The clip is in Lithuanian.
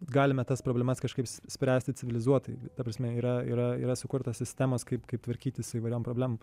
galime tas problemas kažkaip spręsti civilizuotai ta prasme yra yra yra sukurta sistemos kaip kaip tvarkytis su įvairiom problemom